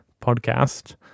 podcast